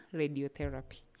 radiotherapy